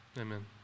Amen